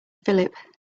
phillip